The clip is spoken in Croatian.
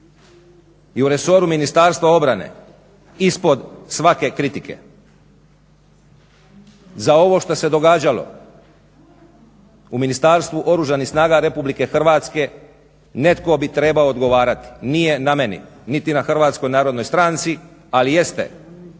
i u resoru Ministarstva obrane ispod svake kritike. Za ovo što se događalo u Ministarstvu Oružanih snaga RH netko bi trebao odgovarati. Nije na meni niti na HNS-u, ali jeste